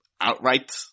outright